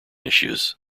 issues